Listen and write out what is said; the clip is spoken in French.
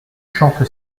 chante